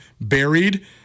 buried